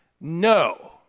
no